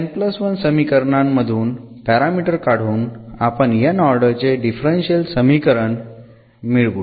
तर या n1 समीकरणांमधून पॅरामीटर काढून आपण n ऑर्डर चे डिफरन्शियल समीकरण मिळवू